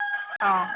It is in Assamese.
অঁ